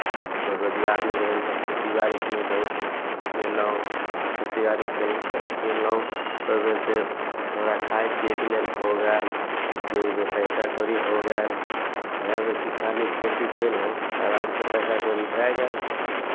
रोजगार नहि रहय तऽ खेतीबाड़ीमे बहुत कयलहुँ तऽ खेतीबाड़ी केल क कयलहुँ ओहिमे से थोड़ा खाय पियैके लेल हो गेल किछु जेबीमे पैसा कौड़ी हो गेल तऽ इएहमे किसानी खेती कयलहुँ आरामसँ पैसा कौड़ी भए गेल